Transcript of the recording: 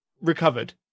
recovered